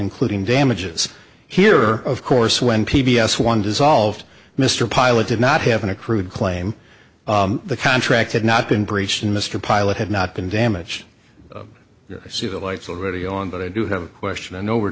including damages here of course when p b s one dissolved mr pilot did not have an accrued claim the contract had not been breached and mr pilot had not been damaged see the lights already on but i do have a question i know we're